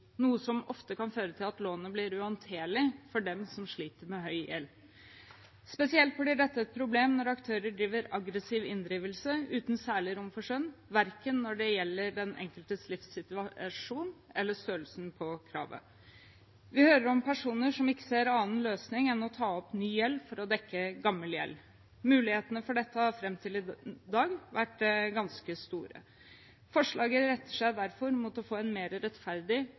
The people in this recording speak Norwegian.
noe som ofte kan føre til at lånet blir uhåndterlig for dem som sliter med høy gjeld. Spesielt blir dette et problem når aktører driver aggressiv inndrivelse uten særlig rom for skjønn verken når det gjelder den enkeltes livssituasjon eller størrelsen på kravet. Vi hører om personer som ikke ser annen løsning enn å ta opp ny gjeld for å dekke gammel gjeld. Mulighetene for dette har fram til i dag vært ganske store. Forslaget retter seg derfor mot å få en mer rettferdig